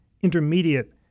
intermediate